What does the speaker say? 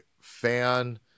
fan